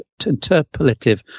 interpolative